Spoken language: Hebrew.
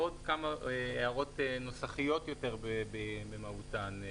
הוספנו עוד כמה הערות נוסחיות במהותן.